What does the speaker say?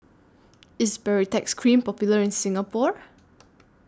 IS Baritex Cream Popular in Singapore